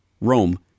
Rome